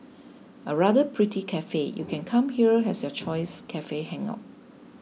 a rather pretty cafe you can come here as your choice cafe hangout